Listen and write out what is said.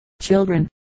children